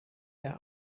der